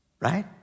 right